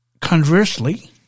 Conversely